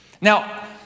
Now